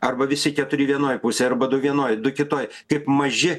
arba visi keturi vienoj pusėj arba du vienoj du kitoj kaip maži